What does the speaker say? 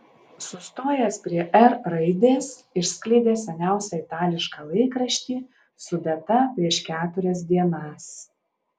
sustojęs prie r raidės išskleidė seniausią itališką laikraštį su data prieš keturias dienas